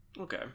Okay